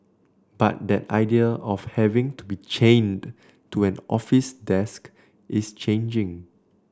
but that idea of having to be chained to an office desk is changing